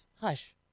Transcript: hush